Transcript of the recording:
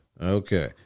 Okay